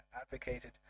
advocated